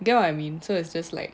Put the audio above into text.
get what I mean so it's just like